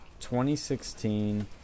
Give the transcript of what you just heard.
2016